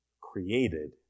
created